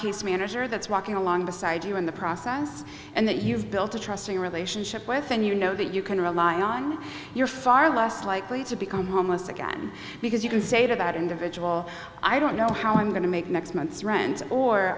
case manager that's walking along beside you in the process and that you've built a trusting relationship with and you know that you can rely on you're far less likely to become homeless again because you can say about individual i don't know how i'm going to make next month's rent or